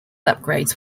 upgrades